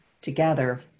together